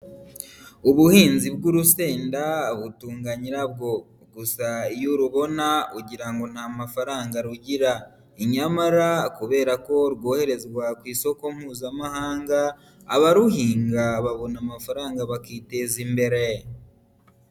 Ubuhinzi bw'urusenda butunga nyirabwo, gusa iyo rubona ugira ngo nta mafaranga rugira nyamara kubera ko rwoherezwa ku isoko mpuzamahanga abaruhinga babona amafaranga bakiteza imbere.